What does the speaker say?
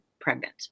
pregnant